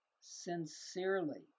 Sincerely